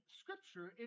scripture